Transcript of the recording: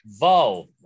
Wow